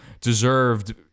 deserved